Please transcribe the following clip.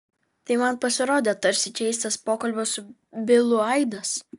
tai man pasirodė tarsi keistas pokalbio su bilu aidas